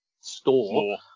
store